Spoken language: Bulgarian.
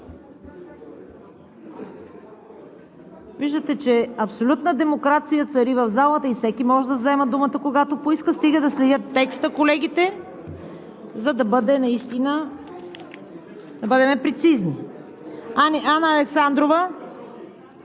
Виждате, че абсолютна демокрация цари в залата и всеки може да взема думата, когато поиска, стига да следят текста колегите, за да бъдем прецизни. Анна Александрова?